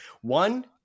One